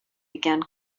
began